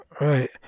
Right